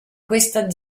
questa